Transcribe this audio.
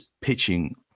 pitching